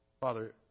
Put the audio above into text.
Father